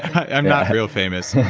i'm not real famous.